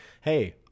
hey